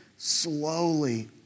slowly